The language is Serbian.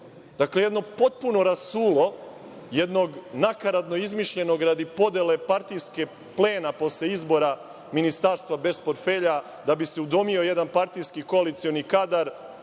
godine? Dakle, jedno potpuno rasulo jednog nakaradno izmišljenog radi podele partijskog plena posle izbora Ministarstva bez portfelja da bi se udomio jedan partijski koalicioni kadar